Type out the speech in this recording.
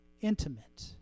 intimate